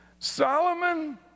Solomon